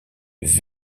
vfl